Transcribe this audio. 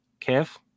Kev